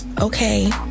Okay